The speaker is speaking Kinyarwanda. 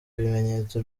ibimenyetso